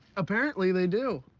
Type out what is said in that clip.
apparently, they do.